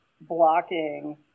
blocking